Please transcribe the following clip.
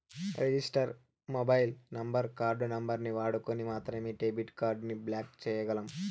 register mobile number, card నంబరుని వాడుకొని మాత్రమే డెబిట్ కార్డుని బ్లాక్ చేయ్యగలం